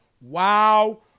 Wow